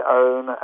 own